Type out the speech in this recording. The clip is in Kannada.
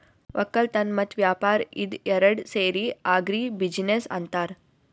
ವಕ್ಕಲತನ್ ಮತ್ತ್ ವ್ಯಾಪಾರ್ ಇದ ಏರಡ್ ಸೇರಿ ಆಗ್ರಿ ಬಿಜಿನೆಸ್ ಅಂತಾರ್